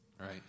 Right